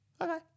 okay